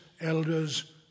elders